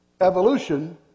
evolution